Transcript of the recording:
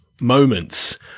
moments